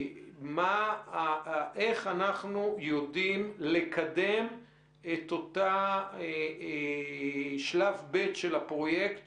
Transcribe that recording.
איך אנחנו יודעים לקדם את אותו שלב ב' של הפרויקט,